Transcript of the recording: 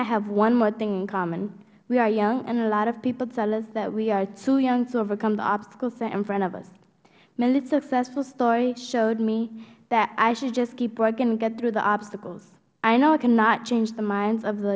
i have one more thing in common we are young and a lot of people tell us that we are too young to overcome the obstacles set in front of us milly's successful story showed me that i should just keep working to get through the obstacles i know i cannot change the minds of the